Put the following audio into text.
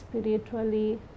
spiritually